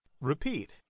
repeat